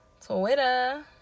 Twitter